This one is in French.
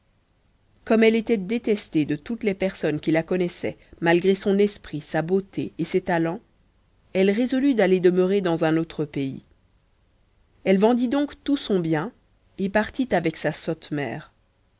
comme elle était détestée de toutes les personnes qui la connaissaient malgré son esprit sa beauté et ses talents elle résolut d'aller demeurer dans un autre pays elle vendit donc tout son bien et partit avec sa sotte mère